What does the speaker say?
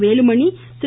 Velumani Thiru